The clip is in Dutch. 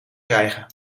krijgen